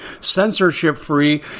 censorship-free